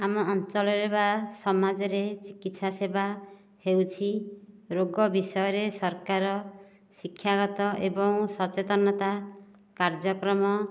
ଆମ ଅଞ୍ଚଳରେ ବା ସମାଜରେ ଚିକିତ୍ସା ସେବା ହେଉଛି ରୋଗ ବିଷୟରେ ସରକାର ଶିକ୍ଷାଗତ ଏବଂ ସଚେତନତା କାର୍ଯ୍ୟକ୍ରମ